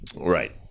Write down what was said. Right